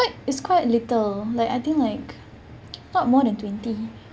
it's quite little like I think like not more than twenty